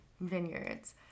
vineyards